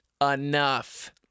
Enough